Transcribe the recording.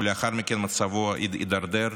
ולאחר מכן מצבו הידרדר,